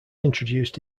introduced